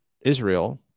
Israel